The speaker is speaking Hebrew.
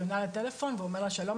היא עונה לטלפון והוא אומר לה: שלום,